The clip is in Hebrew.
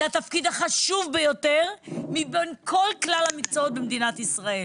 זה התפקיד החשוב ביותר מבין כלל המקצועות במדינת ישראל